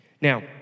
Now